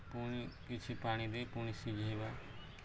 ପୁଣି କିଛି ପାଣି ଦେଇ ପୁଣି ସିଝେଇବା